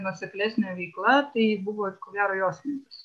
nuoseklesnė veikla tai buvo ko gero jos mintis